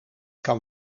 kan